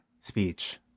speech